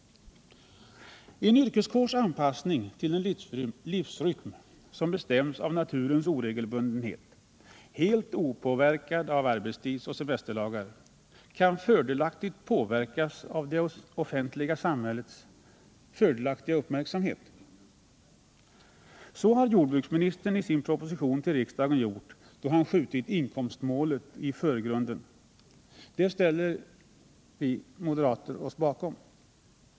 En yrkeskårs anpassning till en livsrytm som bestäms av naturens oregelbundenhet — helt opåverkad av arbetstidsoch semesterlagar — kan fördelaktigt påverkas av det offentliga samhällets positiva uppmärksamhet. Så har jordbruksministern i sin proposition till riksdagen gjort då han skjutit inkomstmålet i förgrunden. Det ställer vi moderater oss bakom.